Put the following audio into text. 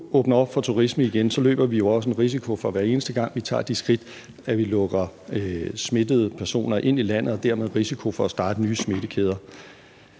åbner op for turisme igen, løber vi jo også en risiko for, hver eneste gang vi tager de skridt, at vi lukker smittede personer ind i landet, og dermed er der risiko for, at der startes nye smittekæder.